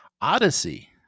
Odyssey